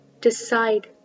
decide